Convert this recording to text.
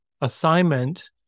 assignment